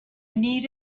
need